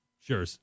sure